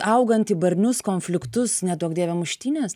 augant į barnius konfliktus neduok dieve muštynes